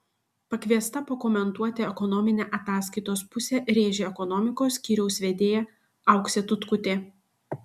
pakviesta pakomentuoti ekonominę ataskaitos pusę rėžė ekonomikos skyriaus vedėja auksė tutkutė